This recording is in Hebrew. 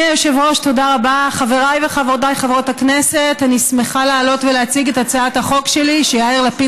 אתה לא רוצה להיות ראש ממשלה כשתהיה גדול?